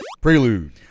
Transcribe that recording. Prelude